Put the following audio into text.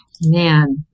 man